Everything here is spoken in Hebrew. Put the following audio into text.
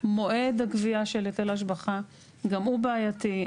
מועד הגבייה של היטל השבחה, גם הוא בעייתי.